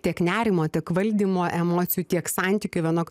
tiek nerimo tiek valdymo emocijų tiek santykių vienok